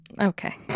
Okay